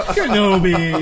Kenobi